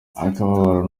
akababaro